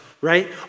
right